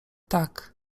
tak